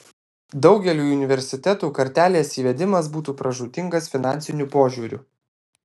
daugeliui universitetų kartelės įvedimas būtų pražūtingas finansiniu požiūriu